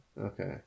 Okay